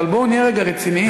אבל בואו נהיה רגע רציניים.